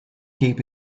keep